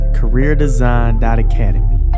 careerdesign.academy